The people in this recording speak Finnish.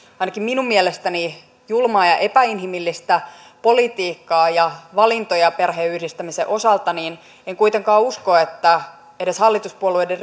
ainakin minun mielestäni julmaa ja epäinhimillistä politiikkaa ja valintoja perheenyhdistämisen osalta niin en kuitenkaan usko että edes hallituspuolueiden